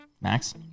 Max